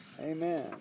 Amen